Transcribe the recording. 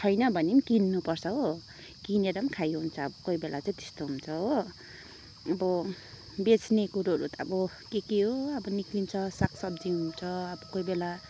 छैन भने पनि किन्नु पर्छ हो किनेर नि खाइ हुन्छ कोही बेला चाहिँ त्यस्तो हुन्छ हो अब बेच्ने कुरोहरू त अब के के हो हो अब निक्लिन्छ सागसब्जी हुन्छ अब कोही बेला